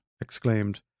exclaimed